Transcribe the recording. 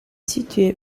situé